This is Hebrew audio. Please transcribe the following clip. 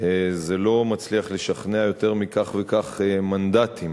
זה לא מצליח לשכנע יותר מכך וכך מנדטים